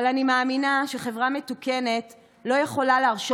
אבל אני מאמינה שחברה מתוקנת לא יכולה להרשות